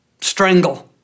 strangle